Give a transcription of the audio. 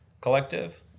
collective